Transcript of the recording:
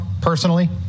personally